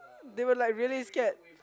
they were like really scared